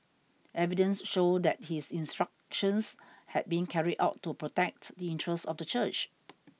evidence showed that his instructions had been carried out to protect the interests of the church